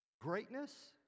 greatness